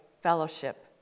fellowship